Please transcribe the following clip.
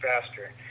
faster